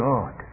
God